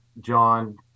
John